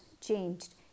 changed